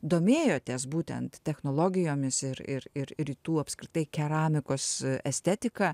domėjotės būtent technologijomis ir ir ir rytų apskritai keramikos estetika